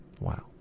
Wow